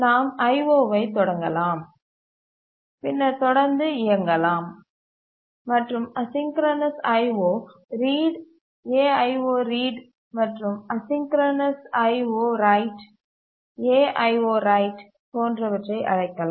நாம் IO ஐ தொடங்கலாம் பின்னர் தொடர்ந்து இயங்கலாம் மற்றும் அசிங்கரநஸ் IO ரீட் aioread மற்றும் அசிங்கரநஸ் IO ரைட்aio−write போன்றவற்றை அழைக்கலாம்